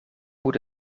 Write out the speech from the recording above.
moet